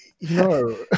no